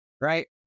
right